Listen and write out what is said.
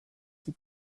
qui